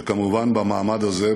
וכמובן במעמד הזה,